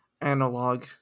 analog